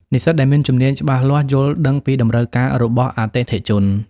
និស្សិតដែលមានជំនាញច្បាស់លាស់យល់ដឹងពីតម្រូវការរបស់អតិថិជន។